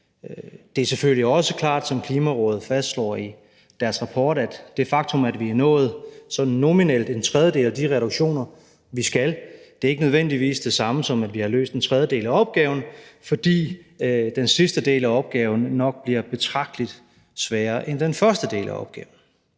Det er selvfølgelig også klart, som Klimarådet fastslår i deres rapport, at det faktum, at vi nominelt er nået en tredjedel af de reduktioner, vi skal, ikke nødvendigvis er det samme, som at vi har løst en tredjedel af opgaven, fordi den sidste del af opgaven nok bliver betragtelig sværere end den første del af opgaven.